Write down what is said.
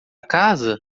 casa